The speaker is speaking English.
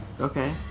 okay